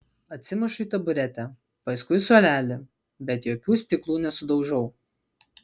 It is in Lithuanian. atsimušu į taburetę paskui suolelį bet jokių stiklų nesudaužau